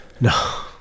No